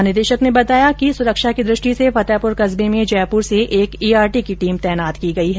महानिदेशक ने बताया कि सुरक्षा की दृष्टि से फतेहपुर कस्बे में जयपुर से एक ईआरटी की टीम तैनात की गई है